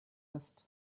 ist